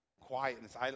quietness